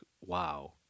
wow